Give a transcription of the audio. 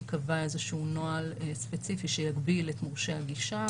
ייקבע איזשהו נוהל ספציפי שיגביל את מורשי הגישה.